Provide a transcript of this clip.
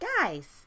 guys